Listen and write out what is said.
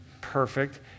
perfect